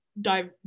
dive